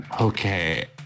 Okay